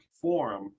forum